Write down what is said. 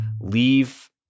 leave